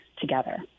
together